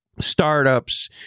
startups